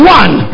one